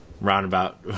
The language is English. roundabout